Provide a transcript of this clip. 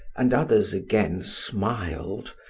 and others again smiled,